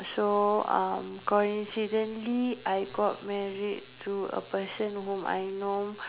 so uh coincidentally I got married to a person whom I know